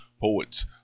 Poets